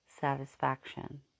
satisfaction